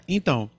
Então